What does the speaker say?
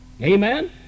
Amen